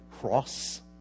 cross